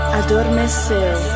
adormeceu